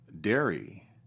dairy